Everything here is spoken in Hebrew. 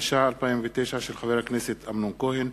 התש"ע 2009, של חבר הכנסת אמנון כהן